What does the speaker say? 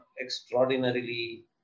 extraordinarily